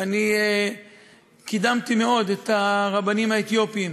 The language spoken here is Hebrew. אני קידמתי מאוד את הרבנים האתיופים,